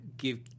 give